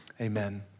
amen